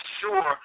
sure